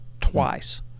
twice